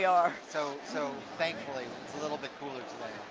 yeah so so thankfully it's a little bit cooler today.